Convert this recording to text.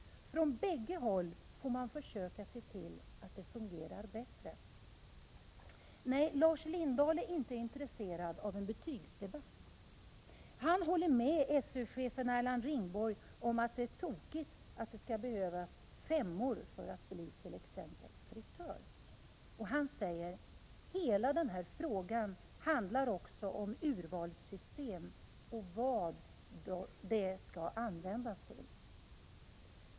Från bägge håll får man försöka se till att det fungerar bättre.” Nej, Lars Lindahl är inte intresserad av en ny betygsdebatt. Han håller med SÖ-chefen Erland Ringborg om att det är tokigt att det skall behövas femmor för att bli t.ex. frisör. Han säger: Hela den här frågan handlar också om urvalssystem och vad det skall användas till.